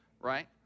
right